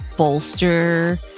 bolster